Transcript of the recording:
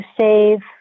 save